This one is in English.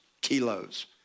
kilos